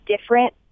different